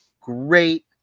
great